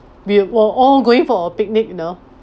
we were all going for a picnic you know